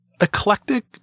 eclectic